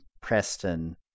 Preston